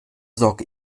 sorge